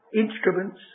instruments